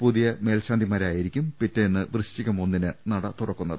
പുതിയ മേൽശാന്തിമാരായിരിക്കും പിറ്റേന്ന് വൃശ്ചികം ഒന്നിന് നട് തുറക്കുന്നത്